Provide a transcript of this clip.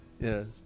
Yes